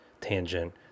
tangent